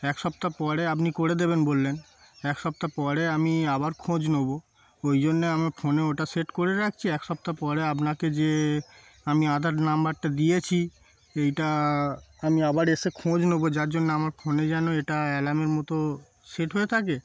এক সপ্তাহ পরে আপনি করে দেবেন বললেন এক সপ্তাহ পরে আমি আবার খোঁজ নেবো ওই জন্যে আমার ফোনে ওটা সেট করে রাখছি এক সপ্তাহ পরে আপনাকে যে আমি আধার নাম্বারটা দিয়েছি এইটা আমি আবার এসে খোঁজ নেবো যার জন্য আমার ফোনে যেন এটা অ্যালার্মের মতো সেট হয়ে থাকে